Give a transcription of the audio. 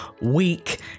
week